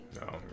no